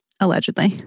allegedly